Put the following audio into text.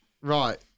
Right